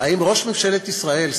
האם ראש ממשלת ישראל,